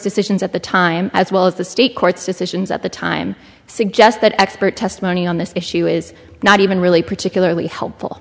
decisions at the time as well as the state courts decisions at the time suggest that expert testimony on this issue is not even really particularly helpful